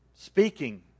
Speaking